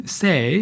say